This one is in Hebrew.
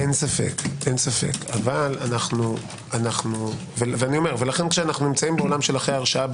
אין ספק ולכן כשאנו בעולם של אחרי הרשעה,